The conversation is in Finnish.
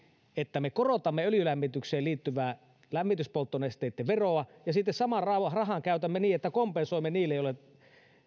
että me korotamme öljylämmitykseen liittyvää lämmityspolttonesteitten veroa ja sitten saman rahan rahan käytämme niin että kompensoimme niille joille